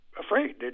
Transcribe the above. afraid